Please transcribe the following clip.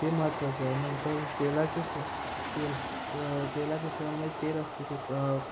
ते महत्वाचे आहे नंतर तेलाचे से तेल तेलाचे सेवन म्हणजे तेल असते ते एक